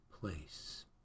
place